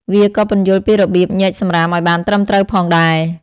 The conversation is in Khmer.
វាក៏ពន្យល់ពីរបៀបញែកសំរាមឱ្យបានត្រឹមត្រូវផងដែរ។